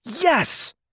yes